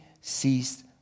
ceased